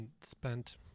spent